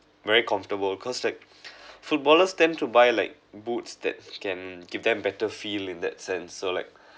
very comfortable cause like footballers tempt to buy like boots that can give them better feel in that sense so like